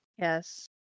Yes